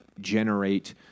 generate